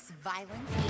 violence